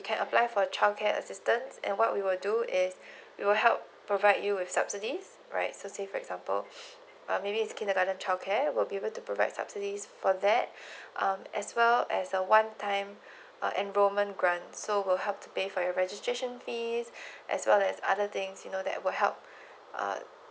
can apply for childcare assistance and what we will do is we will help provide you with subsidies right so say for example maybe is kindergarten childcare will be able to provide subsidies for that um as well as a one time uh enrollment grant so will help to pay for your registration fees as well as other things you know that will help uh